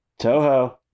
Toho